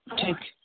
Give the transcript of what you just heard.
ٹھیک ہے